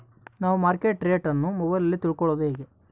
ನಾವು market rate ಅನ್ನು ಮೊಬೈಲಲ್ಲಿ ತಿಳ್ಕಳೋದು ಹೇಗೆ?